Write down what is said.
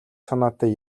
санаатай